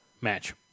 match